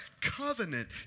covenant